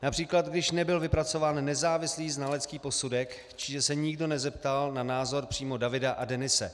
Například když nebyl vypracován nezávislý znalecký posudek, že se nikdo nezeptal na názor přímo Davida a Denise.